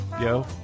Yo